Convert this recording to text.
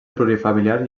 plurifamiliar